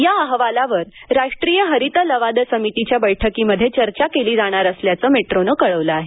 या अहवालावर राष्ट्रीय हरित लवाद समितीच्या बैठकीमध्ये चर्चा केली जाणार असल्याचं मेट्रोने कळवलं आहे